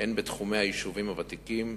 גם בתחומי היישובים הוותיקים,